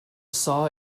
saw